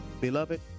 Beloved